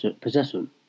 possession